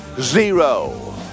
zero